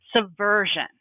subversion